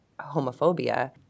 homophobia